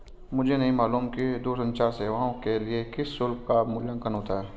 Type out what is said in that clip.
मुझे नहीं मालूम कि दूरसंचार सेवाओं के लिए किस शुल्क का मूल्यांकन होता है?